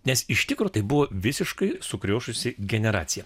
nes iš tikro tai buvo visiškai sukriošusi generacija